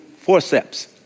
forceps